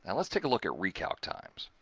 and let's take a look at recalc times.